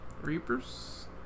Reapers